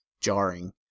jarring